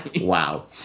Wow